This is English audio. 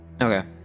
Okay